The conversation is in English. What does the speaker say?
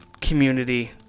Community